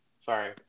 sorry